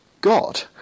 God